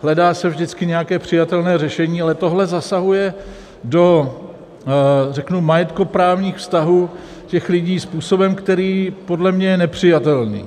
Hledá se vždycky nějaké přijatelné řešení, ale tohle zasahuje, řeknu, do majetkoprávních vztahů těch lidí způsobem, který podle mě je nepřijatelný.